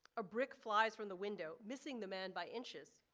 a brick flies from the window missing the man by inches.